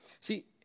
See